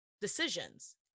decisions